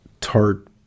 tart